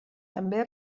també